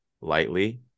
lightly